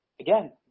again